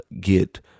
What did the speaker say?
get